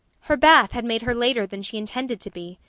her bath had made her later than she intended to be.